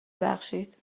ببخشید